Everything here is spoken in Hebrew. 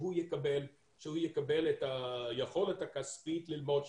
שהוא יקבל את היכולת הכספית ללמוד שם.